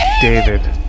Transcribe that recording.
David